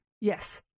Yes